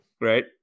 right